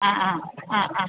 ആ ആ ആ ആ